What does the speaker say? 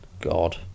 God